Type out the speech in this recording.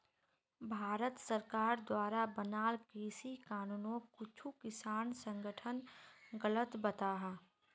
भारत सरकार द्वारा बनाल कृषि कानूनोक कुछु किसान संघठन गलत बताहा